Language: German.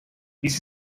dies